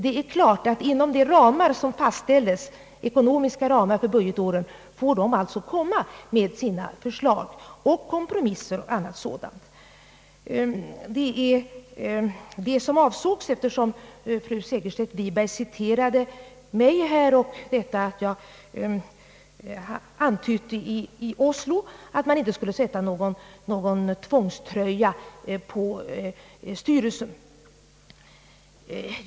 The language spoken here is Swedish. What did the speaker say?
Inom de ekonomiska ramar som fastställts för budgetåret får styrelseledamöterna komma med sina förslag och göra sina kompromisser och annat sådant. Det var detta jag avsåg och som jag nu tar upp eftersom fru Segerstedt Wiberg citerat mig då jag i Oslo sagt, att man inte borde sätta någon tvångströja på styrelsen.